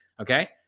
Okay